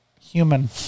human